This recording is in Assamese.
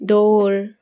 দৌৰ